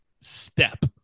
step